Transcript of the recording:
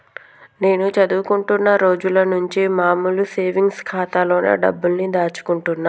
నేను చదువుకుంటున్న రోజులనుంచి మామూలు సేవింగ్స్ ఖాతాలోనే డబ్బుల్ని దాచుకుంటున్నా